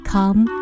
Come